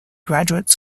graduate